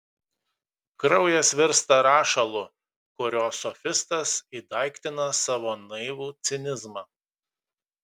kraujas virsta rašalu kuriuo sofistas įdaiktina savo naivų cinizmą